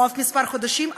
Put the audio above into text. או אף כמה חודשים.